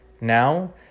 now